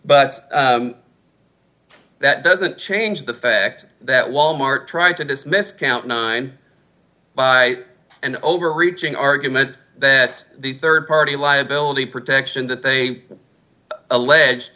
but that doesn't change the fact that wal mart tried to dismiss count nine by an overreaching argument that the rd party liability protection that they alleged